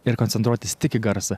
ir koncentruotis tik į garsą